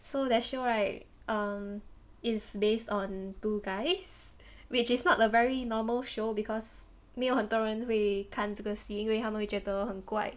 so that's show right um is based on two guys which is not a very normal show because 没有很多人会看这个戏因为他们会觉得很怪